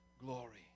glory